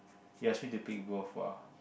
you ask me to pick both ah